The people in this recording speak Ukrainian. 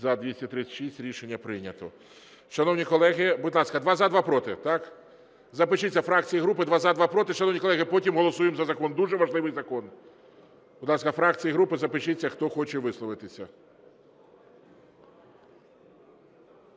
За-236 Рішення прийнято. Шановні колеги, будь ласка: два – за, два – проти. Так? Запишіться, фракції і групи: два – за, два – проти. Шановні колеги, потім голосуємо за закон, дуже важливий закон. Будь ласка, фракції і групи, запишіться, хто хоче висловитися.